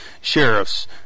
sheriffs